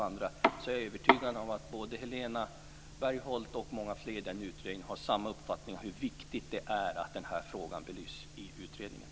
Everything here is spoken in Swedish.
Jag är övertygad om att Helena Bargholtz och många fler i utredningen har samma uppfattning om hur viktigt det är att frågan belyses i utredningen.